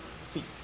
seats